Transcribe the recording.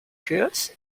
shears